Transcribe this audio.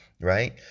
right